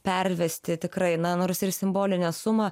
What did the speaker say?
pervesti tikrai na nors ir simbolinę sumą